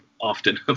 often